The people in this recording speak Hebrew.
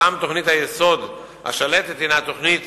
ושם תוכנית היסוד השלטת הינה תוכנית